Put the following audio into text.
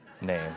name